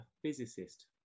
physicist